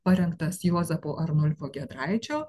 parengtas juozapo arnulpo giedraičio